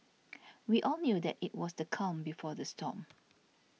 we all knew that it was the calm before the storm